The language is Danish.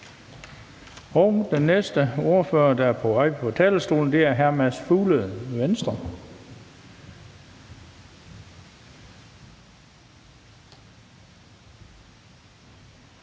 Den næste ordfører, der er på vej på talerstolen, er hr. Mads Fuglede, Venstre.